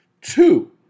Two